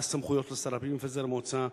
מה הסמכויות של שר הפנים לפזר מועצה,